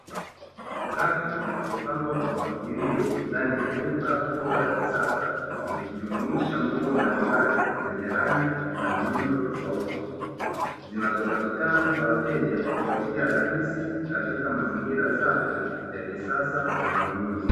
Rafu zilizopangwa kwa mpangilio ndani ya duka kubwa la kisasa likijumuisha nguo mbalimbali zenye rangi na miundo tofauti, zinazopatikana kwa wateja kwa njia rahisi katika mazingira safi ya manunuzi.